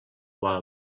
qual